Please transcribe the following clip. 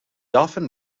often